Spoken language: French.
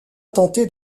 tenté